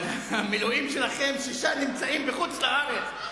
אבל המילואים שלכם, שישה נמצאים בחוץ-לארץ.